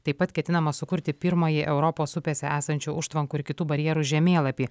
taip pat ketinama sukurti pirmąjį europos upėse esančių užtvankų ir kitų barjerų žemėlapį